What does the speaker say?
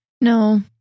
No